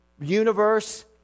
universe